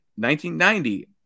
1990